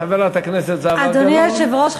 אדוני היושב-ראש,